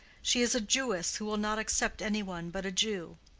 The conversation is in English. she is a jewess who will not accept any one but a jew.